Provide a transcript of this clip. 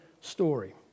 story